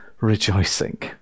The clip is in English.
rejoicing